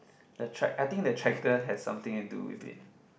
the tract I think the tractor has something and do with it